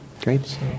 Great